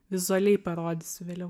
vizualiai parodysiu vėliau